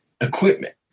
equipment